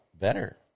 better